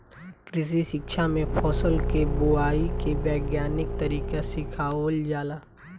कृषि शिक्षा में फसल के बोआई के वैज्ञानिक तरीका सिखावल जाला